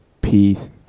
Peace